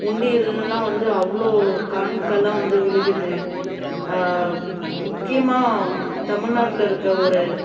உண்டியலெல்லாம் வந்து அவ்வளோ காணிக்கைலாம் வந்து விழுகுது முக்கியமாக தமிழ்நாட்ல இருக்க ஒரு